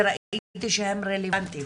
שראיתי שהם רלוונטיים.